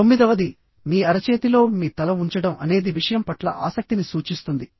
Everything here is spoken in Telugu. తొమ్మిదవది మీ అరచేతిలో మీ తల ఉంచడం అనేది విషయం పట్ల ఆసక్తిని సూచిస్తుంది